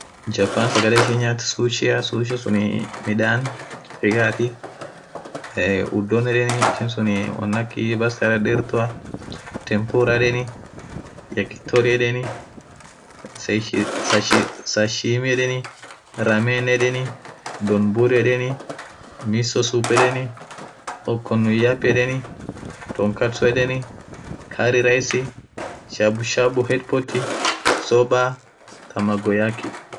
Jappan sagale ishin nyathu sushea sushea suun midhan rigathi eee udon yedheni ishin suun won akhii bastaa dhardherthu tempuraaa yedheni yekhitoria yedheni sashimii yedheni ramen yedheni don burrr yedheni misosup yedheni okhunuyap yedheni tonkapsum yedheni carry rice shabushabu headpoti sobbar thamagoyaki